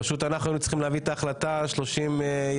פשוט אנחנו צריכים להביא את ההחלטה תוך 30 ימים